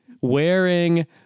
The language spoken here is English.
Wearing